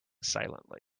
silently